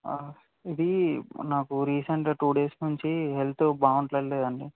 ఇది నాకు recent two days నుంచి హెల్త్ బాగుంటం లేదండి